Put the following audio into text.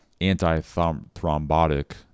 anti-thrombotic